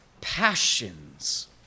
Passions